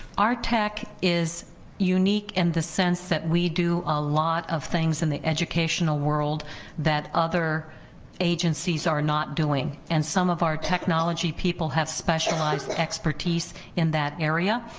our tech is unique in the sense that we do a lot of things in the educational world that other agencies are not doing and some of our technology people have specialized expertise in that area,